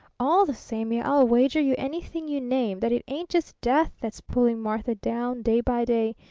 all the samey, i'll wager you anything you name that it ain't just death that's pulling martha down day by day,